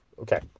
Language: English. okay